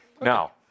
now